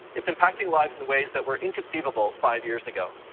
it's impacting lives in ways that were inconceivable five years ago.